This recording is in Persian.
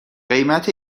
قیمت